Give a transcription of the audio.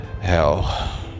hell